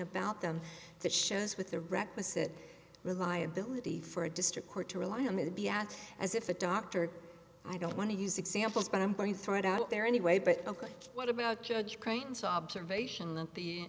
about them that shows with the requisite reliability for a district court to rely on it would be at as if a doctor i don't want to use examples but i'm going to throw it out there anyway but what about judge crane's observation that the